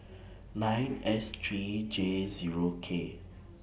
nine S three J Zero K